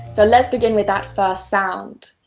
so let's begin with that first sound.